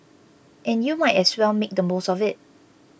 and you might as well make the most of it